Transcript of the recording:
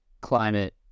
climate